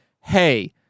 hey